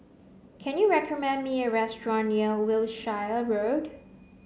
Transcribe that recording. can you recommend me a restaurant near Wiltshire Road